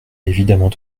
évidemment